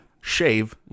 shave